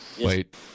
Wait